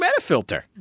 Metafilter